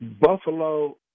Buffalo